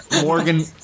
Morgan